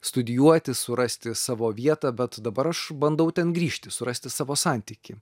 studijuoti surasti savo vietą bet dabar aš bandau ten grįžti surasti savo santykį